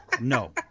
No